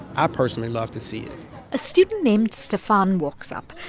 i personally love to see it a student named stefan walks up.